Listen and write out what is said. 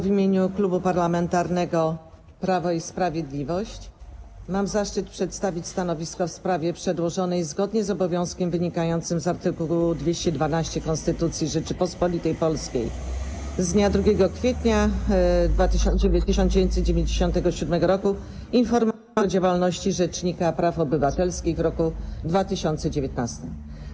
W imieniu Klubu Parlamentarnego Prawo i Sprawiedliwość mam zaszczyt przedstawić stanowisko w sprawie przedłożonej zgodnie z obowiązkiem wynikającym z art. 212 Konstytucji Rzeczypospolitej Polskiej z dnia 2 kwietnia 1997 r. informacji o działalności rzecznika praw obywatelskich w roku 2019.